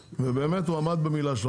ובאמת הוא עמד במילה שלו.